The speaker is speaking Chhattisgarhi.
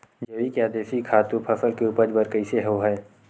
जैविक या देशी खातु फसल के उपज बर कइसे होहय?